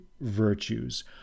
virtues